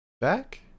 Back